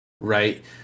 right